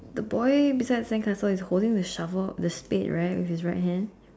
the boy beside the sandcastle is holding the shovel the spade right with his right hand